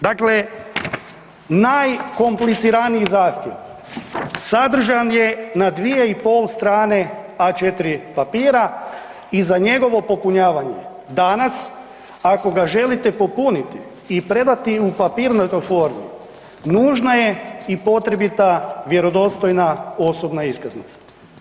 Dakle, najkompliciraniji zahtjev sadržan je na 2,5 strane A4 papira i za njegovo popunjavanje danas, ako ga želite popuniti i predati u papirnatoj formi, nužno je i potrebita vjerodostojna osoba iskaznica.